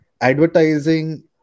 advertising